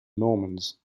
normans